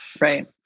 Right